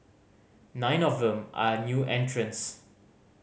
nine of them are new entrants